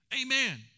Amen